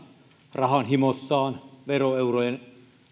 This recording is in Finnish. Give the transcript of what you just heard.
rahanhimossaan veroeurojen